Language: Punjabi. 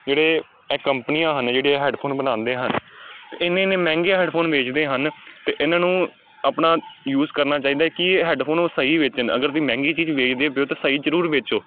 ਜਿਹੜੇ ਇਹ ਕੰਪਨੀਆਂ ਹਨ ਜਿਹੜੇ ਇਹ ਹੈਡਫੋਨ ਬਣਾਉਂਦੇ ਹਨ ਇੰਨੇ ਇੰਨੇ ਮਹਿੰਗੇ ਹੈਡਫੋਨ ਵੇਚਦੇ ਹਨ ਅਤੇ ਇਹਨਾਂ ਨੂੰ ਆਪਣਾ ਯੂਜ ਕਰਨਾ ਚਾਹੀਦਾ ਕਿ ਹੈਡਫੋਨ ਉਹ ਸਹੀ ਵੇਚਣ ਅਗਰ ਤੁਸੀਂ ਮਹਿੰਗੀ ਚੀਜ਼ ਵੇਚਦੇ ਪਏ ਹੋ ਤਾਂ ਸਹੀ ਜ਼ਰੂਰ ਵੇਚੋ